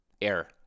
air